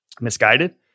misguided